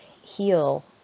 heal